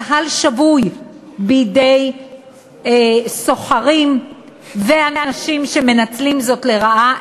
קהל שבוי בידי סוחרים ואנשים שמנצלים זאת לרעה,